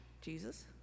Jesus